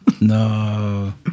No